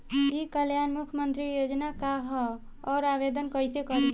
ई कल्याण मुख्यमंत्री योजना का है और आवेदन कईसे करी?